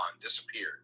disappeared